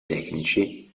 tecnici